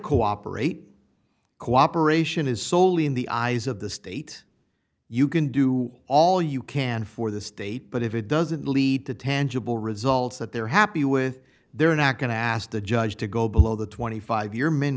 cooperate cooperation is soley in the eyes of the state you can do all you can for the state but if it doesn't lead to tangible results that they're happy with they're not going to ask the judge to go below the twenty five year m